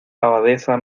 abadesa